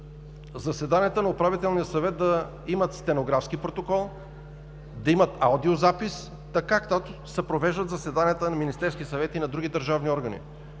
заседанията на Управителния съвет да имат стенографски протокол, да имат аудиозапис, така както се провеждат заседанията на Министерския съвет и на други държавни органи.